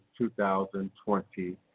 2020